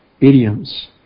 idioms